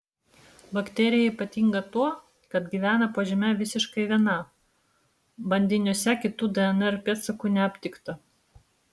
bakterija ypatinga tuo kad gyvena po žeme visiškai viena bandiniuose kitų dnr pėdsakų neaptikta